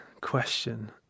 question